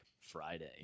Friday